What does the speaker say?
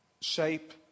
shape